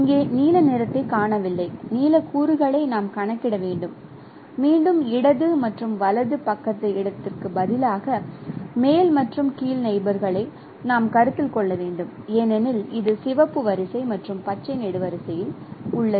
இங்கே நீல நிறத்தைக் காணவில்லை நீலக் கூறுகளை நாம் கணக்கிட வேண்டும் மீண்டும் இடது மற்றும் வலது பக்கத்து இடத்துக்கு பதிலாக மேல் மற்றும் கீழ் நெயிபோர்களை நாம் கருத்தில் கொள்ள வேண்டும் ஏனெனில் இது சிவப்பு வரிசை மற்றும் பச்சை நெடுவரிசையில் உள்ளது